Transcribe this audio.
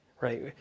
right